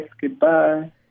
Goodbye